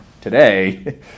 Today